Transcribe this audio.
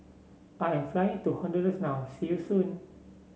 I am flying to Honduras now see you soon